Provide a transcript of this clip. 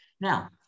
Now